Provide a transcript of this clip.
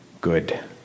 good